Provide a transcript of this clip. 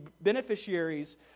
beneficiaries